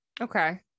Okay